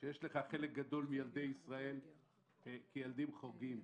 כשיש לך חלק גדול מילדי ישראל כילדים חורגים,